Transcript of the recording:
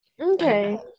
okay